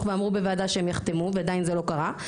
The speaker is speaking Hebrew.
ואמרו בוועדה שהם יחתמו ועדיין זה לא קרה.